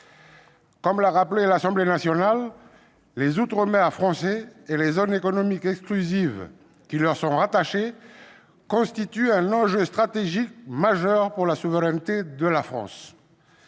que l'a rappelé l'Assemblée nationale, les outre-mer français et les zones économiques exclusives qui leur sont rattachées constituent un enjeu stratégique majeur pour la souveraineté de la France.